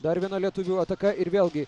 dar viena lietuvių ataka ir vėlgi